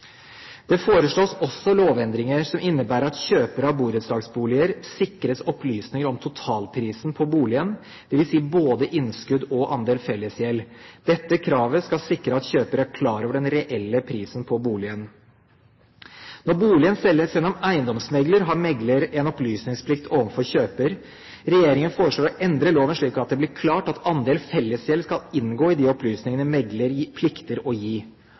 Det foreslås også lovendringer som innebærer at kjøpere av borettslagsboliger sikres opplysninger om totalprisen på boligen, dvs. både innskudd og andel fellesgjeld. Dette kravet skal sikre at kjøper er klar over den reelle prisen på boligen. Når boligen selges gjennom eiendomsmegler, har megler opplysningsplikt overfor kjøper. Regjeringen foreslår å endre loven slik at det blir klart at andel av fellesgjeld skal inngå i de opplysningene megler plikter å gi.